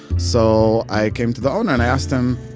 so i came to the owner and i asked him,